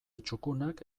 txukunak